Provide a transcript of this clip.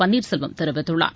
பன்னீர்செல்வம் தெரிவித்துள்ளார்